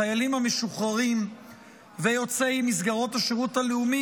החיילים המשוחררים ויוצאי מסגרות השירות הלאומי